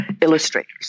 illustrators